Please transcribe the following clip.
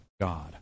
God